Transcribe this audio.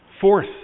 Fourth